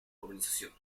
urbanización